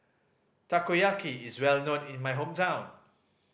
takoyaki is well known in my hometown